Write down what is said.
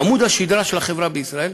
עמוד השדרה של החברה בישראל,